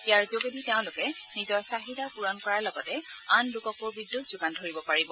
ইয়াৰ যোগেদি তেওঁলোকে নিজৰ চাহিদা পূৰণ কৰাৰ লগতে আন লোককো বিদ্যুৎ যোগান ধৰিব পাৰিব